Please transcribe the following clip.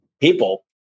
people